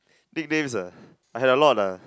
nicknames ah I have a lot ah